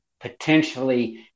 potentially